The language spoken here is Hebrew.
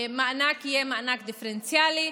שהמענק יהיה מענק דיפרנציאלי,